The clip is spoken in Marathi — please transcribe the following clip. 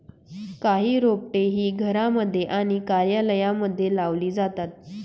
काही रोपटे ही घरांमध्ये आणि कार्यालयांमध्ये लावली जातात